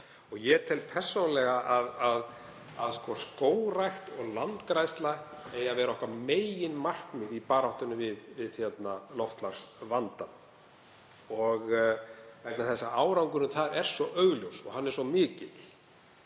Ég tel persónulega að skógrækt og landgræðsla eigi að vera meginmarkmið okkar í baráttunni við loftslagsvandann vegna þess að árangurinn þar er svo augljós og hann er svo mikill.